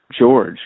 George